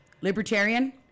Libertarian